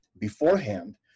beforehand